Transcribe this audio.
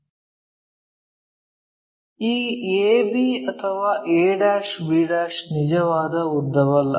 ಈ a b ಅಥವಾ a b ನಿಜವಾದ ಉದ್ದವಲ್ಲ